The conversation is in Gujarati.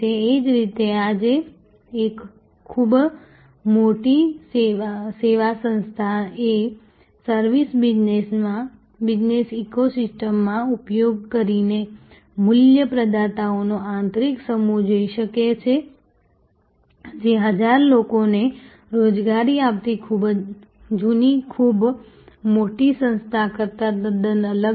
એ જ રીતે આજે એક ખૂબ મોટી સેવા સંસ્થા એ સર્વિસ બિઝનેસ ઇકો સિસ્ટમનો ઉપયોગ કરીને મૂલ્ય પ્રદાતાઓનો આંતરિક સમૂહ હોઈ શકે છે જે 1000 લોકોને રોજગારી આપતી જૂની ખૂબ મોટી સંસ્થા કરતાં તદ્દન અલગ છે